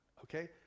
Okay